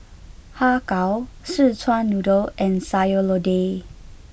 Har Kow Szechuan Noodle and Sayur Lodeh